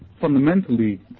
fundamentally